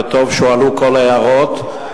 וטוב שהועלו כל ההערות.